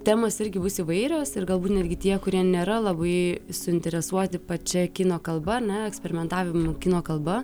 temos irgi bus įvairios ir galbūt netgi tie kurie nėra labai suinteresuoti pačia kino kalba ane eksperimentavimu kino kalba